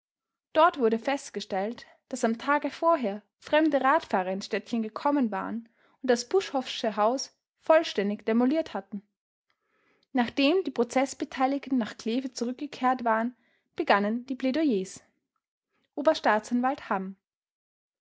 dort wurde festgestellt daß am tage vorher fremde radfahrer ins städtchen gekommen waren und das buschhoffsche haus vollständig demoliert hatten nachdem die prozeßbeteiligten nach kleve zurückgekehrt waren begannen die plädoyers oberstaatsanwalt